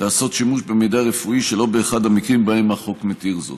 לעשות שימוש במידע הרפואי שלא באחד המקרים שבהם החוק מתיר זאת.